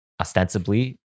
ostensibly